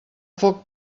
foc